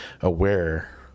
aware